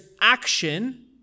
action